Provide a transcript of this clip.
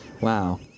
Wow